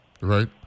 right